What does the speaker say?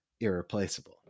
irreplaceable